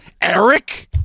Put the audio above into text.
Eric